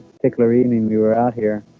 particular evening we were out here